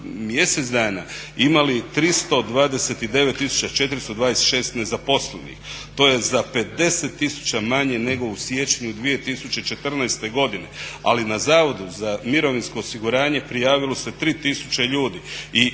mjesec dana imali 329 426 nezaposlenih, to je za 50 000 manje nego u siječnju 2014. godine, ali na Zavodu za mirovinsko osiguranje prijavilo se 3000 ljudi i